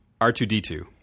R2D2